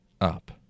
up